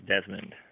Desmond